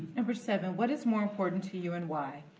number seven. what is more important to you and why?